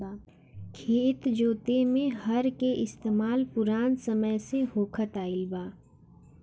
खेत जोते में हर के इस्तेमाल पुरान समय से होखत आइल बा